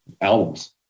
albums